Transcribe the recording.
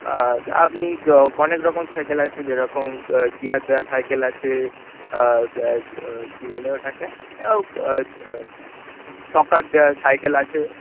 আপনি অনেক রকম সাইকেল আছে যেরকম গিয়ার দেওয়া সাইকেল আছে কি বলে ওটাকে শকার দেওয়া সাইকেল আছে